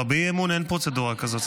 לא, באי-אמון אין פרוצדורה כזאת.